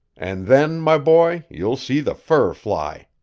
and then, my boy, you'll see the fur fly.